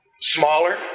Smaller